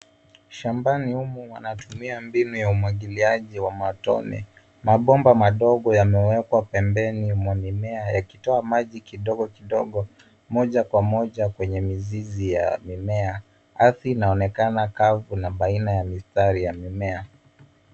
Shambani humu wanatumia mbinu ya umwagiliaji wa matone. Mabomba madogo yamewekwa pembeni mwa mimea yakitoa maji kidogo kidogo moja kwa moja kwenye mizizi ya mimea. Ardhi inaonekana kavu na baina ya mistari ya mimea.